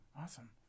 Awesome